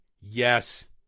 yes